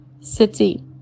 city